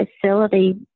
facility